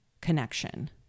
connection